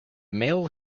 male